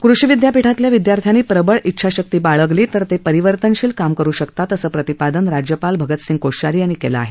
कृषी विद्यापीठातल्या विद्यार्थ्यांनी प्रबळ इच्छाशक्ती बाळगली तर ते परिवर्तनशील काम करु शकतात असं प्रतिपादन राज्यपाल भगतसिंह कोश्यारी यांनी व्यक्त केलं आहे